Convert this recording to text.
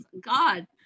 God